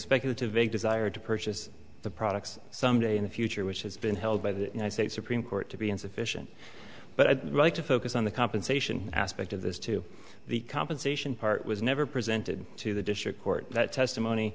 speculative a desire to purchase the products someday in the future which has been held by the state supreme court to be insufficient but right to focus on the compensation aspect of this to the compensation part was never presented to the district court that testimony